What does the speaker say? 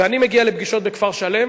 ואני מגיע לפגישות בכפר-שלם,